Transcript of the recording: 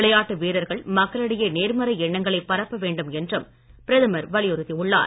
விளையாட்டு வீரர்கள் மக்களிடையே நேர்மறை எண்ணங்களை பரப்ப வேண்டும் என்றும் பிரதமர் வலியுறுத்தி உள்ளார்